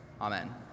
amen